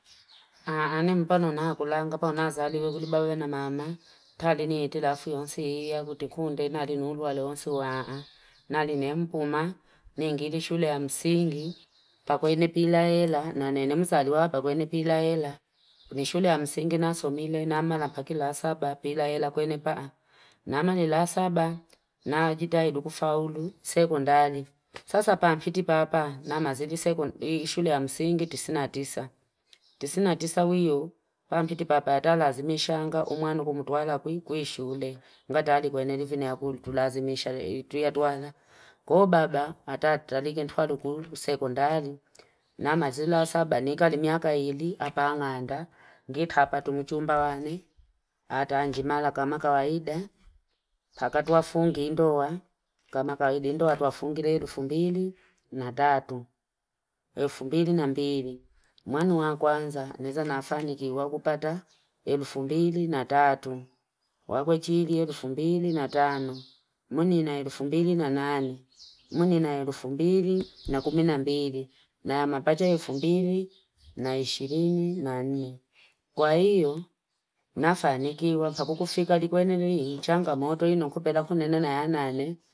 Ane mpano nakulanga paona zaliwe kutibawe na mama. Tali ni itilafu yonsi iya kutikunde na linulua leonsi waa. Na liniempuma nyingidi shule ya msingi. Pakwenye pilaela na nini mzaliwa pakwenye pilaela. Ni shule ya msingi na sumile na mala pakila saba pilaela kwenye paa. Na mala kila saba na ajita iduku faulu. Sekundari. Sasa paampiti papa na mazidi sekundari. Ya msingi tisina tisa. Tisina tisa uyu. Paampiti papa nata lazimisa nga umwanu kumutuala kui shule. Nga tali kwenye nivini ya kulitu lazimisha. Tui atuala. Kubaba atatalike ntu falu kulitu sekundari. Na mazidi la saba nikari miaka ili. Hapaangaanda. Ngitha patu muchumba wane. Hataa njimala kamaka waide. Pakatuwa fungi indo wa. Kamakawidi indo wa tuafungile iru fumbili, na datu. Mwanu wangu wanza neza nafaniki wakupata elufumbili na tatu. Wakujiri elufumbili na tanu. Muni na elufumbili na nani. Muni na elufumbili na kuminambili. Na yama bacha elufumbili na ishirini na nini. Kwa hiyo, nafaniki wafa kukufika dikwene luhi. Changa moto ino kupela kune nene na yanane.